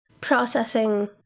processing